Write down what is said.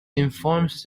informs